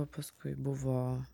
o paskui buvo